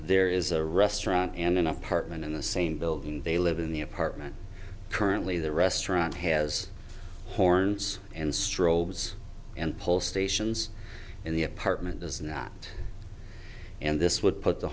there is a restaurant and an apartment in the same building they live in the apartment currently the restaurant has horns and strobes and pull stations and the apartment does not and this would put the